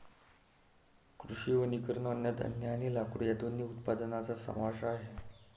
कृषी वनीकरण अन्नधान्य आणि लाकूड या दोन्ही उत्पादनांचा समावेश आहे